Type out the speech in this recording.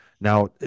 Now